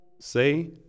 Say